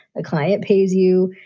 the client pays you.